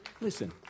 Listen